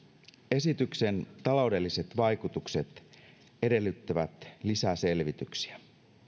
esityksen taloudelliset vaikutukset edellyttävät lisäselvityksiä